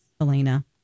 Elena